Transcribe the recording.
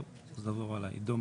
עוד לא הצגנו את העניין.